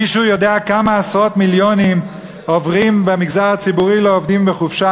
מישהו יודע כמה עשרות מיליונים עוברים במגזר הציבורי לעובדים בחופשה?